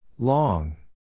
Long